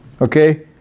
Okay